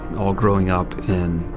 all growing up in,